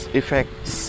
effects